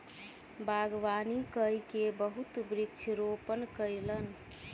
बागवानी कय के बहुत वृक्ष रोपण कयलैन